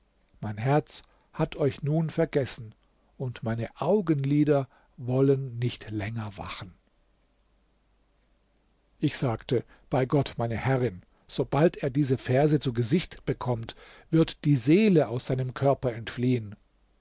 mein herz hat euch nun vergessen und meine augenlider wollen nicht länger wachen ich sagte bei gott meine herrin sobald er diese verse zu gesicht bekommt wird die seele aus seinem körper entfliehen